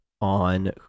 on